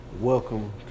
welcome